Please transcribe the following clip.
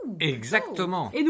Exactement